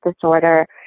disorder